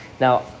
Now